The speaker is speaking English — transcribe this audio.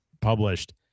published